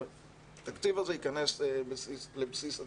שהתקציב הזה ייכנס לבסיס התקציב.